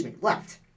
left